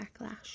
Backlash